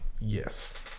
Yes